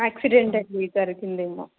accident అయ్యి జరిగింది ఏమో